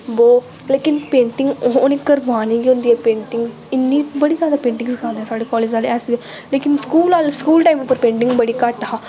बो लेकिन पेंटिंग उ'नें करवानी गै होंदी ऐ पेंटिंग्स इन्नी बड़ी जादा पेंटिंग सखांदे साढ़े कालेज आह्ले ऐसे लेकिन स्कूल आह्ले स्कूल टाईम पर पेंटिंग बड़ी घट्ट हा